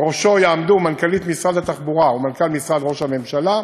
ובראשו יעמדו מנכ"לית משרד התחבורה ומנכ"ל משרד ראש הממשלה,